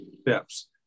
steps